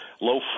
low